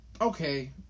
Okay